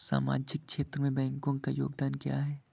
सामाजिक क्षेत्र में बैंकों का योगदान क्या है?